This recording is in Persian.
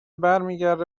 برمیگرده